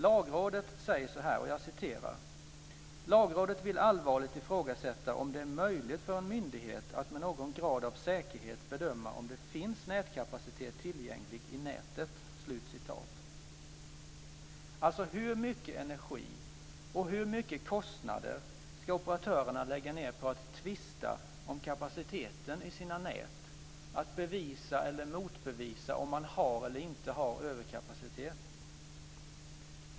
Lagrådet skriver så här: "Lagrådet vill allvarligt ifrågasätta om det är möjligt för en myndighet att med någon grad av säkerhet bedöma om det finns nätkapacitet tillgänglig i nätet". Hur mycket energi, och hur stora kostnader, ska operatörerna lägga ned på att tvista om kapaciteten i sina nät och på att bevisa att man har eller inte har överkapacitet?